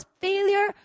failure